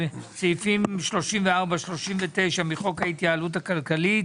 סעיפים 34-39 מחוק ההתייעלות הכלכלית